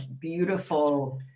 beautiful